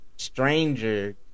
Stranger